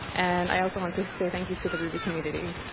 and i also want to say thank you to the ruby community.